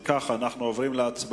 אם כך, אנחנו עוברים להצבעה.